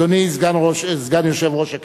אדוני סגן יושב-ראש הכנסת,